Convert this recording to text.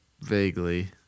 Vaguely